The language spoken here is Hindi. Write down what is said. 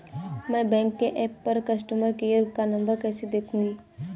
मैं बैंक के ऐप पर कस्टमर केयर का नंबर कैसे देखूंगी?